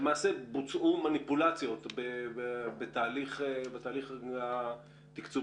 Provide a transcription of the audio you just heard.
למעשה בוצעו מניפולציות בתהליך התיקצובי